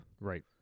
Right